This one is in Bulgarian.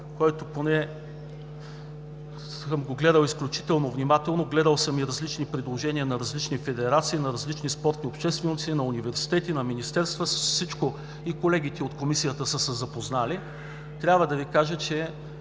който поне аз съм гледал изключително внимателно – гледал съм и различни предложения на различни федерации, на различни спортни общественици, на университети, на министерства – всичко, и колегите от Комисията са се запознали, трябва да Ви кажа, че